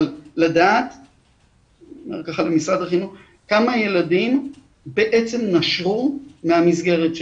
אבל לדעת כמה ילדים בעצם נשרו מהמסגרת שלהם.